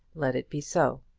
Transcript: let it be so.